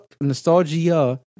nostalgia